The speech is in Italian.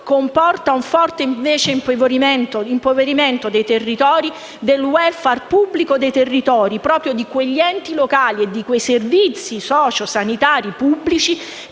comporta un forte impoverimento dei territori, del *welfare* pubblico dei territori, proprio di quegli enti locali e di quei servizi socio sanitari pubblici